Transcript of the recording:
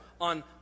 on